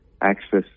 access